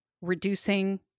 reducing